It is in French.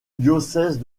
diocèse